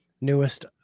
newest